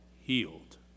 healed